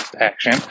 action